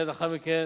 ומייד לאחר מכן